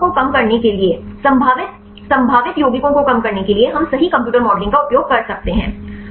तो इन नमूनों को कम करने के लिए संभावित संभावित यौगिकों को कम करने के लिए हम सही कंप्यूटर मॉडलिंग का उपयोग कर सकते हैं